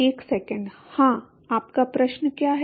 एक सेकंड हाँ आपका प्रश्न क्या है